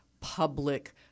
public